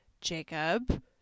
Jacob